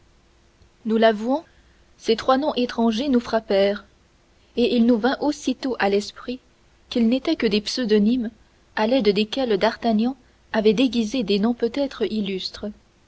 nous l'avouons ces trois noms étrangers nous frappèrent et il nous vint aussitôt à l'esprit qu'ils n'étaient que des pseudonymes à l'aide desquels d'artagnan avait déguisé des noms peut-être illustres